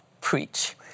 preach